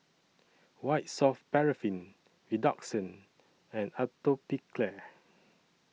White Soft Paraffin Redoxon and Atopiclair